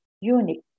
unique